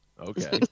Okay